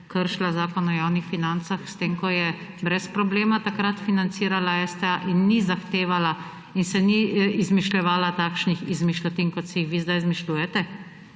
kršila Zakon o javnih financah s tem, ko je brez problema takrat financirala STA in ni zahtevala in se ni izmišljevala takšnih izmišljotin kot si jih vi zdaj izmišljujete.